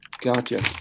gotcha